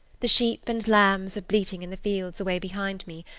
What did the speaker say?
the sheep and lambs are bleating in the fields away behind me,